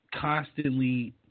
constantly –